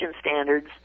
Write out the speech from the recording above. standards